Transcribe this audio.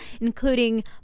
including